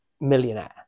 millionaire